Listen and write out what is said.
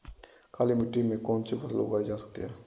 काली मिट्टी में कौनसी फसल उगाई जा सकती है?